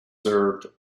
served